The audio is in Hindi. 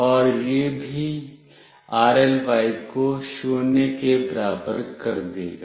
और यह भी rly को 0 के बराबर कर देगा